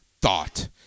thought